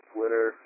Twitter